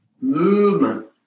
movement